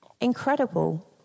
incredible